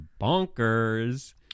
bonkers